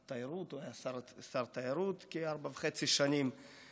הוא היה שר תיירות כארבע שנים וחצי.